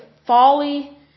folly